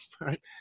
right